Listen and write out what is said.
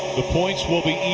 the points will be